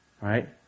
right